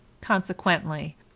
consequently